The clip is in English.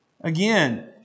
again